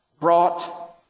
brought